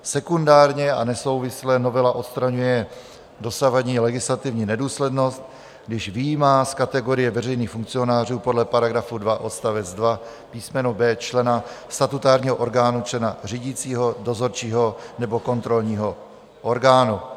Sekundárně a nesouvisle novela odstraňuje dosavadní legislativní nedůslednost, když vyjímá z kategorie veřejných funkcionářů podle § 2 odst. 2 písmeno b) člena statutárního orgánu, člena řídícího, dozorčího nebo kontrolního orgánu.